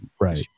Right